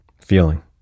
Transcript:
feeling